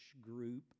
group